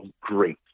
great